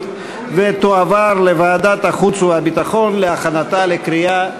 ותועבר לוועדת החוץ והביטחון להכנתה לקריאה,